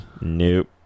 Nope